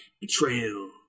betrayal